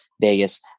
Vegas